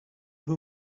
who